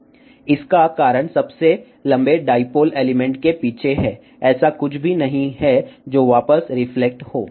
इसका कारण सबसे लंबे डाईपोल एलिमेंट के पीछे है ऐसा कुछ भी नहीं है जो वापस रिफ्लेक्ट हो